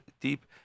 deep